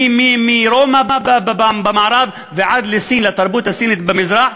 מרומא ועד לתרבות הסינית במזרח,